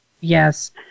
yes